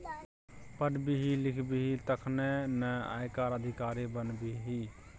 पढ़बिही लिखबिही तखने न आयकर अधिकारी बनबिही